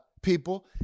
People